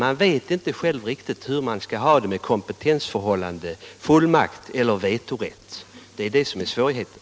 Man vet inte riktigt hur man skall — Åtgärder för ha det med kompetensförhållanden, fullmakt eller vetorätt. Det är svå — förbättrat djurskydd righeten.